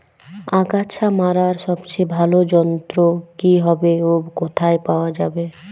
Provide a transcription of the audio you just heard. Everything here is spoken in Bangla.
আগাছা মারার সবচেয়ে ভালো যন্ত্র কি হবে ও কোথায় পাওয়া যাবে?